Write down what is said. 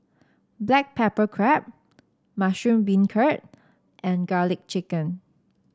Black Pepper Crab Mushroom Beancurd and garlic chicken